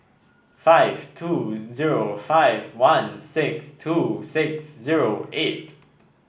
five two zero five one six two six zero eight